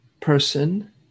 person